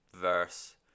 verse